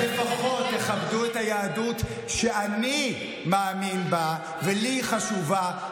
אז לפחות תכבדו את היהדות שאני מאמין בה ולי היא חשובה,